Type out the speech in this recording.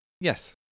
yes